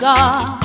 God